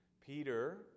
Peter